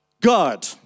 God